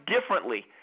differently